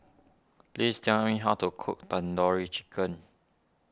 please tell me how to cook Tandoori Chicken